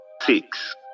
six